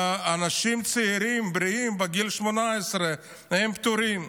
ואנשים צעירים, בריאים, בגיל 18, הם פטורים.